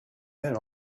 then